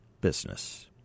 business